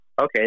okay